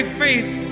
faith